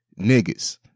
niggas